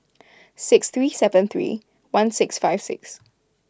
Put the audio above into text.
six three seven three one six five six